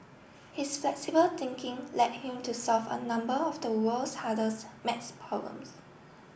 his flexible thinking led him to solve a number of the world's hardest maths problems